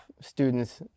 students